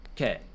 Okay